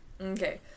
Okay